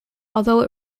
although